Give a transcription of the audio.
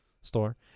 store